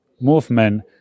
movement